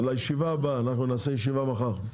נקיים ישיבה מחר.